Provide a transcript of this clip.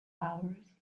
hours